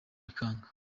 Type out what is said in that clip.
bikanga